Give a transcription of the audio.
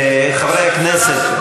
חברי הכנסת,